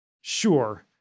Sure